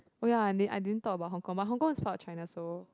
oh ya I din I din thought about hong-kong but hong-kong is part of China so